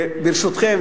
ברשותכם,